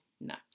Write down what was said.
no